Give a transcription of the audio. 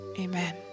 Amen